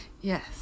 Yes